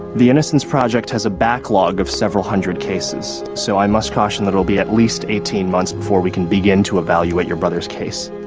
the innocence project has a backlog of several hundred cases, so i must caution that it'll be at least eighteen months before we can begin to evaluate your brother's case.